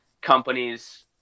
companies